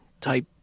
type